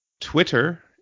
twitter